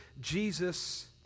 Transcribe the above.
Jesus